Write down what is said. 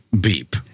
beep